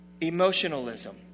emotionalism